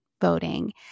voting